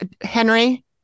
Henry